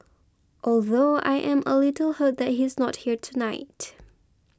although I am a little hurt that he's not here tonight